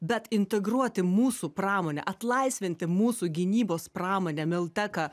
bet integruoti mūsų pramonę atlaisvinti mūsų gynybos pramonę milteka